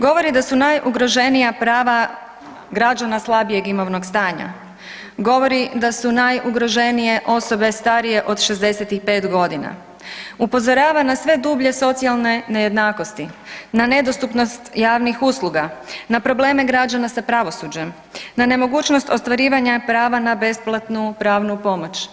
Govori da su najugroženija prava građana slabijeg imovnog stanja, govori da su najugroženije osobe starije od 65.g., upozorava na sve dublje socijalne nejednakosti, na nedostupnost javnih usluga, na probleme građana sa pravosuđem, na nemogućnost ostvarivanja prava na besplatnu pravnu pomoć.